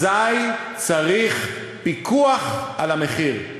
אזי צריך פיקוח על המחיר.